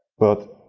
but,